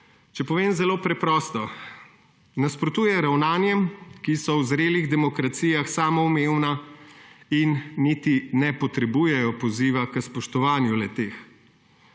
Če povem zelo preprosto, nasprotuje ravnanjem, ki so v zrelih demokracijah samoumevna in niti ne potrebujejo poziva k spoštovanju le-teh.